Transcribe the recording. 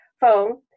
phone